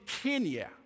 Kenya